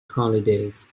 holidays